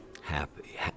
happy